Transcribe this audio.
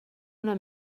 una